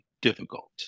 difficult